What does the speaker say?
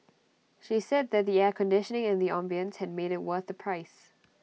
she said that the air conditioning and the ambience had made IT what the price